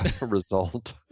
result